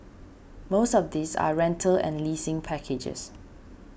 most of these are rental and leasing packages